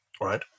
right